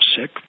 sick